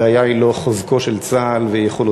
הבעיה היא לא חוזקו של צה"ל ויכולותיו,